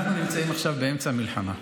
אנחנו נמצאים באמצע המלחמה.